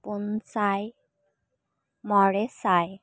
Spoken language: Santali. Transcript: ᱯᱩᱱ ᱥᱟᱭ ᱢᱚᱬᱮ ᱥᱟᱭ